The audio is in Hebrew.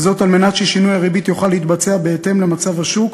וזאת על מנת ששינוי הריבית יוכל להתבצע בהתאם למצב השוק,